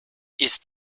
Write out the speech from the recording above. ist